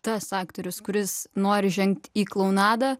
tas aktorius kuris nori žengt į klounadą